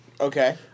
Okay